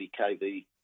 kV